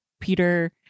Peter